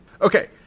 Okay